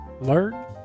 learn